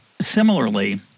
similarly